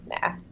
nah